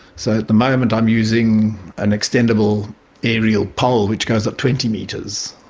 so at the moment i'm using an extendable aerial pole, which goes up twenty metres,